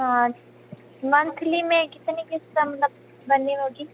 हाँ मंथली में कितनी किस्त मतलब भरनी होगी